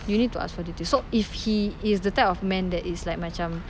you need to ask for details so if he is the type of man that is like macam